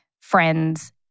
friends